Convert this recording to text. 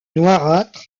noirâtre